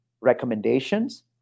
recommendations